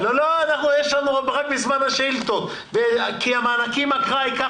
אני לא אקרא את המבוא להסכם: הסכם בדבר מתן מענק בשל